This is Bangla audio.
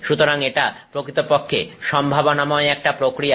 সুতরাং এটা প্রকৃতপক্ষে সম্ভাবনাময় একটা প্রক্রিয়া